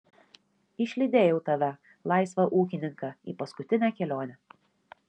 išlydėjau tave laisvą ūkininką į paskutinę kelionę